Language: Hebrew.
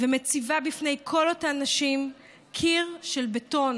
ומציבה בפני כל אותן נשים קיר של בטון.